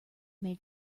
made